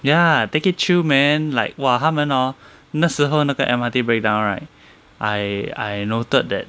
ya take it chill man like !wah! 他们 hor 那时候那个 M_R_T breakdown right I I noted that